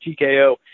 TKO